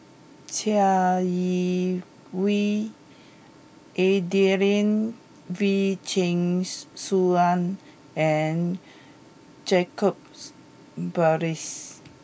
Chai Yee Wei Adelene Wee Chin Suan and Jacob Ballas